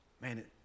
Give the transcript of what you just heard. man